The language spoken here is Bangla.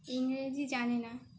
ইংরেজি জানে না